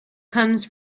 comes